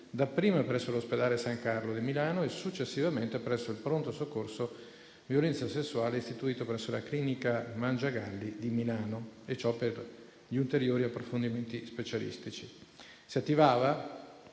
dapprima presso l'ospedale San Carlo di Milano e, successivamente, presso il Pronto soccorso violenza sessuale istituito presso la clinica Mangiagalli di Milano, e ciò per gli ulteriori approfondimenti specialistici. Si attivava